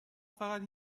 فقط